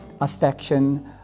affection